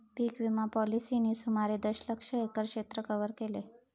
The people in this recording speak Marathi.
पीक विमा पॉलिसींनी सुमारे दशलक्ष एकर क्षेत्र कव्हर केले